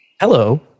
Hello